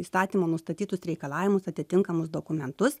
įstatymo nustatytus reikalavimus atitinkamus dokumentus